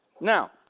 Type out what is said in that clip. now